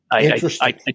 Interesting